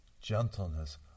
gentleness